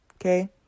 okay